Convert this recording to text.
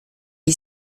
est